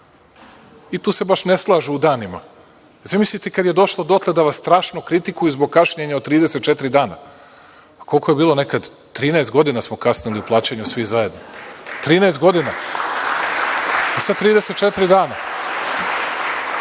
Tu se ne slažu baš u danima. Zamislite kad je došlo dotle da vas strašno kritikuju zbog kašnjenja od 34 dana. Koliko je bilo nekada, 13 godina smo kasnili u plaćanju svi zajedno. Trinaest godina. Sada 34 dana. Ovo